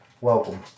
Welcome